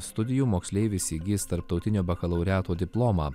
studijų moksleivis įgis tarptautinio bakalaureato diplomą